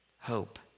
hope